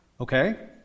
Okay